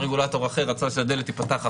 רגולטור אחר רצה שהדלת תיפתח החוצה,